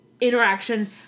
interaction